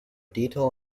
detail